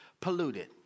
polluted